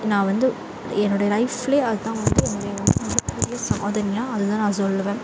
நான் வந்து என்னுடைய லைஃப்பில் அதுதான் வந்து என்னுடைய மிகப்பெரிய சாதனையாக அது தான் நான் சொல்லுவேன்